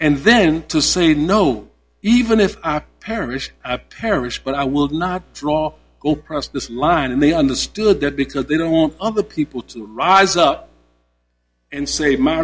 and then to say no even if our parish parish but i will not draw go press this line and they understood that because they don't want other people to rise up and save my